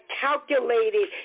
calculated